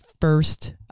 first